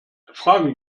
fragen